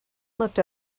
looked